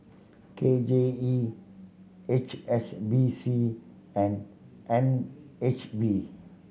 K J E H S B C and N H B